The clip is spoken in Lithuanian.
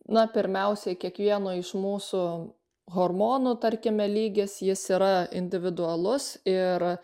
na pirmiausiai kiekvieno iš mūsų hormonų tarkime lygis jis yra individualus ir